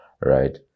right